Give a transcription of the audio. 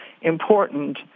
important